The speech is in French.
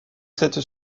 cette